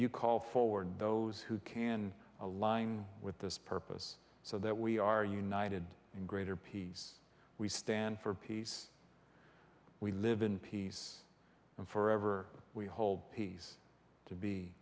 you call forward those who can align with this purpose so that we are united in greater peace we stand for peace we live in peace and forever we hold peace to be